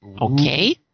Okay